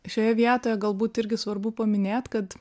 šioje vietoje galbūt irgi svarbu paminėt kad